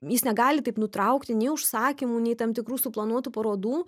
jis negali taip nutraukti nei užsakymų nei tam tikrų suplanuotų parodų